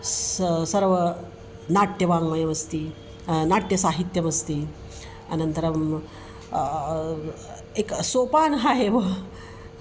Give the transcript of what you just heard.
स्स सर्वनाट्यवाङ्मयमस्ति नाट्यसाहित्यमस्ति अनन्तरम् एकं सोपानम् एव